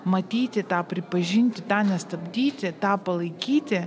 matyti tą pripažinti tą nestabdyti tą palaikyti